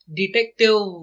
detective